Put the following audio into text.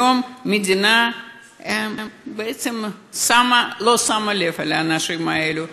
היום המדינה בעצם לא שמה לב לאנשים האלה.